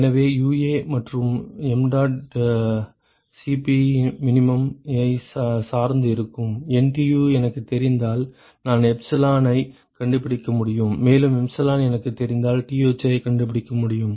எனவே UA மற்றும் mdot Cp min ஐச் சார்ந்து இருக்கும் NTU எனக்குத் தெரிந்தால் நான் எப்சிலான் ஐக் கண்டுபிடிக்க முடியும் மேலும் எப்சிலான் எனக்குத் தெரிந்தால் Tho ஐக் கண்டுபிடிக்க முடியும்